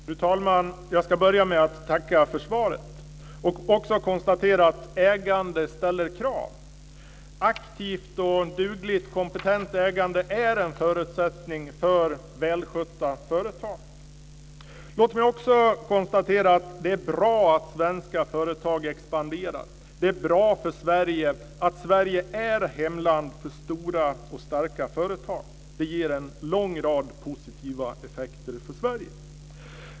Fru talman! Jag ska börja med att tacka för svaret. Jag kan konstatera att ägande ställer krav. Aktivt, dugligt och kompetent ägande är en förutsättning för välskötta företag. Låt mig också konstatera att det är bra att svenska företag expanderar. Det är bra för Sverige att vara hemland för stora och starka företag. Det ger en lång rad positiva effekter för Sverige.